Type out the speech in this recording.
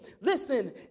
Listen